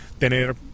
tener